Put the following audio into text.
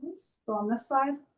go on this side.